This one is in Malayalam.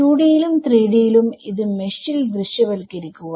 2D യിലും3D യിലും ഇത് മെഷിൽ ദൃശ്യവൽക്കരിക്കുക